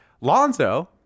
Lonzo